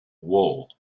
wool